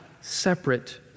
separate